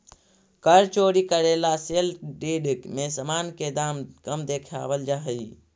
कर चोरी करे ला सेल डीड में सामान के दाम कम देखावल जा हई